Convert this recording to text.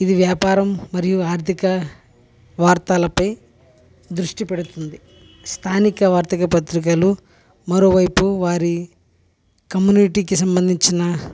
ఇది వ్యాపారం మరియు ఆర్థిక వార్తలపై దృష్టి పెడుతుంది స్థానిక వార్తక పత్రికలు మరోవైపు వారి కమ్యూనిటీకి సంబంధించిన